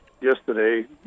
yesterday